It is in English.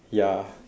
ya